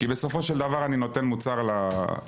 כי בסופו של דבר אני נותן מוצר לתושב.